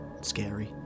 scary